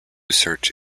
search